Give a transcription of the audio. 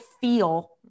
feel